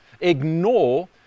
ignore